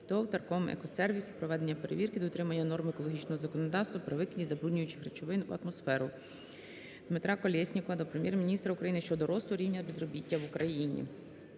ТОВ "Тарком Екосервіс", проведення перевірки дотримання норм екологічного законодавства при викиді забруднюючих речовин в атмосферу. Дмитра Колєснікова до Прем'єр-міністра України щодо росту рівня безробіття в Україні.